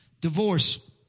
Divorce